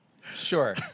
Sure